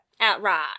Outright